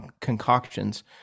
concoctions